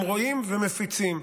הם רואים ומפיצים.